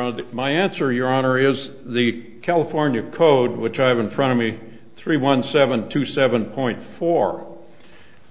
owed my answer your honor is the california code which i have in front of me three one seven two seven point four